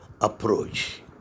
approach